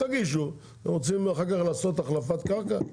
תגישו, אתם רוצים אחר כך לעשות החלפת קרקע?